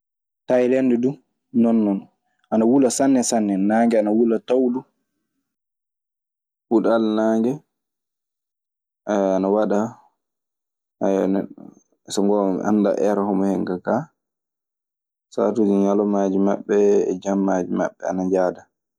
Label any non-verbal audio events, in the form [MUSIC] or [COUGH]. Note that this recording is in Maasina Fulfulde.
Tayilande dun non non, ana wula sanne sanne, nage ana wula taw dun. Puɗal naange, ana waɗa. [HESITATION] so ngoonga mi anndaa eer homo hen ka, kaa saatuuji ñalawmaaji e jammaaji maɓɓe ana njahaɗa.